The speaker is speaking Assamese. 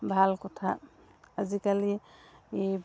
ভাল কথা আজিকালি এই